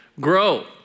grow